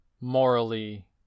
morally